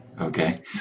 Okay